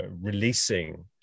releasing